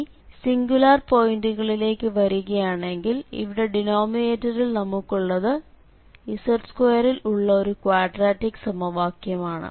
ഇനിസിംഗുലാർ പോയിന്റുകളിലേക്ക് വരികയാണെങ്കിൽ ഇവിടെ ഡിനോമിനേറ്ററിൽ നമുക്കുള്ളത് z2 ൽ ഉള്ള ഒരു ക്വാഡ്രാറ്റിക് സമവാക്യമാണ്